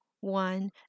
one